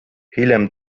hiljem